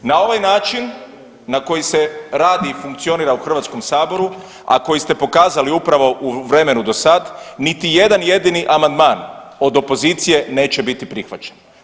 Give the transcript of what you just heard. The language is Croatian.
Na ovaj način na koji se radi i funkcionira u Hrvatskom saboru, a koji ste pokazali upravo u vremenu do sad niti jedan jedini amandman od opozicije neće biti prihvaćen.